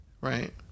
right